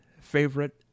favorite